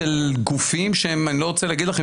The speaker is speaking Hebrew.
אצל גופים שאני לא רוצה להגיד לכם.